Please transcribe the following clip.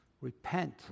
repent